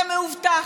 לכן אתה מאובטח,